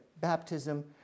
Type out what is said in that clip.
baptism